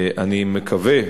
אני מקווה,